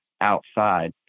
outside